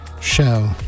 show